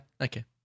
Okay